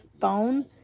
phone